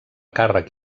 càrrec